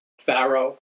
Pharaoh